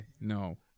No